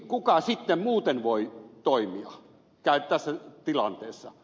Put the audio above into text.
kuka sitten muuten voi toimia tässä tilanteessa